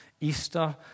Easter